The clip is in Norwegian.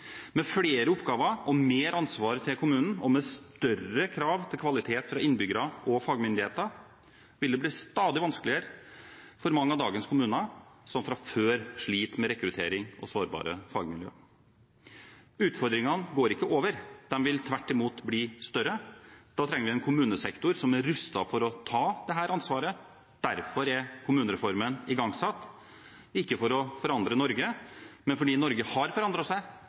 Med flere oppgaver, mer ansvar til kommunen og større krav til kvalitet fra innbyggere og fagmyndigheter vil det bli stadig vanskeligere for mange av dagens kommuner som fra før sliter med rekruttering og sårbare fagmiljøer. Utfordringene går ikke over. De vil tvert imot bli større, og da trenger vi en kommunesektor som er rustet til å ta dette ansvaret. Derfor er kommunereformen igangsatt – ikke for å forandre Norge, men fordi Norge har forandret seg,